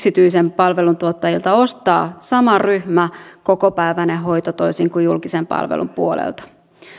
yksityiseltä palveluntuottajalta ostaa kokopäiväinen hoito jota ei saa julkisen palvelun puolelta